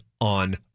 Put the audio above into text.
on